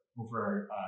over